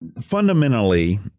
fundamentally